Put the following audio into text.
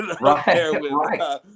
Right